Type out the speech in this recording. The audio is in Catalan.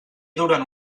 durant